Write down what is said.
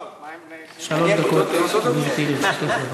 שלוש דקות, גברתי, לרשותך.